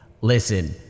listen